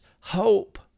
hope